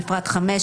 בפרט 5,